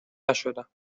نشدم